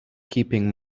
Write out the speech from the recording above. keeping